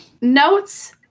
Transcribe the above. Notes